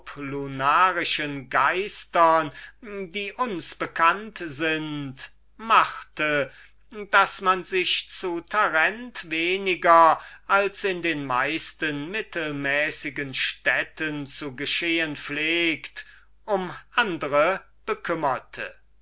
sublunarischen geistern die uns bekannt sind machte daß man sich zu tarent weniger als in den meisten mittelmäßigen städten zu geschehen pflegt um andre bekümmerte